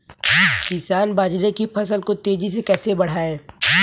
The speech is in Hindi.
किसान बाजरे की फसल को तेजी से कैसे बढ़ाएँ?